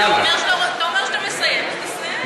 אתה אומר שאתה מסיים, אז תסיים.